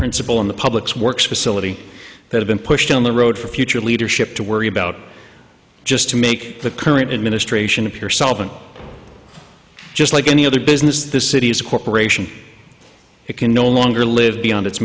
principle in the public's work facility that have been pushed down the road for future leadership to worry about just to make the current administration appear solvent just like any other business the city's corporation it can no longer live beyond it